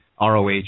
ROH